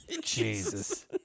Jesus